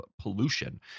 pollution